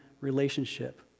relationship